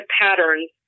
patterns